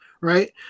right